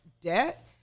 debt